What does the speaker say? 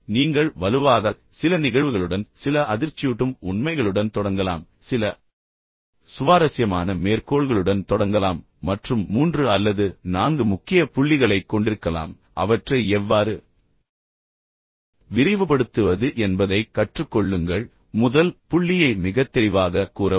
எனவே நீங்கள் வலுவாகத் தொடங்கலாம் நீங்கள் சில நிகழ்வுகளுடன் தொடங்கலாம் சில அதிர்ச்சியூட்டும் உண்மைகளுடன் தொடங்கலாம் சில சுவாரஸ்யமான மேற்கோள்களுடன் தொடங்கலாம் மற்றும் மூன்று அல்லது நான்கு முக்கிய புள்ளிகளைக் கொண்டிருக்கலாம் பின்னர் அவற்றை எவ்வாறு விரிவுபடுத்துவது என்பதைக் கற்றுக் கொள்ளுங்கள் முதல் புள்ளியை மிகத் தெளிவாகக் கூறவும்